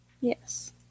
Yes